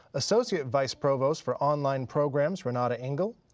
associate vice provost for online programs renata engel,